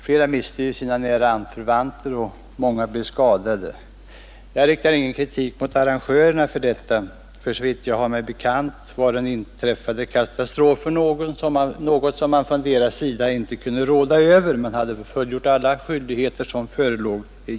Flera miste sina nära anförvanter och många blev skadade. Jag riktar inte kritik mot arrangörerna för detta. Såvitt jag har mig bekant var den inträffade katastrofen någonting man från deras sida inte kunde råda över. Man hade fullgjort alla skyldigheter som förelåg.